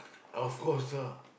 of course ah